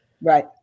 Right